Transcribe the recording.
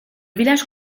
village